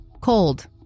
cold